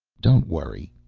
don't worry,